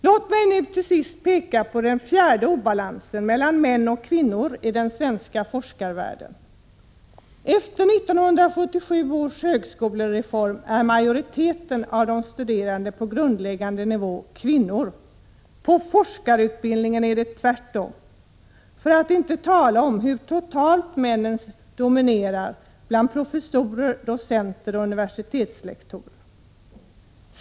Låt mig sedan peka på den fjärde obalansen — obalansen mellan män och kvinnor i den svenska forskarvärlden. Efter 1977 års högskolereform är majoriteten av de studerande på grundläggande nivå kvinnor. När det gäller forskarutbildningen är det tvärtom, för att inte tala om hur totalt männen dominerar bland professorer, docenter och universitetslektorer.